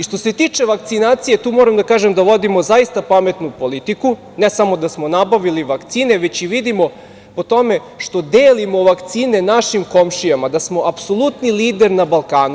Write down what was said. Što se tiče vakcinacije, tu moram da kažem da vodimo zaista pametnu politiku, ne samo da smo nabavili vakcine, već i vidimo po tome što delimo vakcine našim komšijama da smo apsolutni lider na Balkanu.